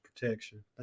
protection